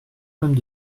pommes